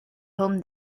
home